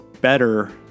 better